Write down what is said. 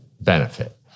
benefit